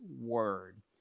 Word